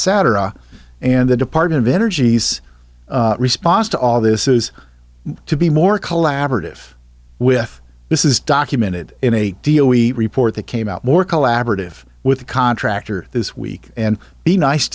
c and the department of energy's response to all this is to be more collaborative with this is documented in a deal we report that came out more collaborative with the contractor this week and be nice